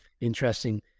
interesting